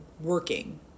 working